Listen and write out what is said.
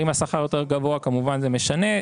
אם השכר יותר גבוה כמובן זה משנה.